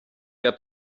gab